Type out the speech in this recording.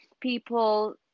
people